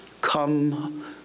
Come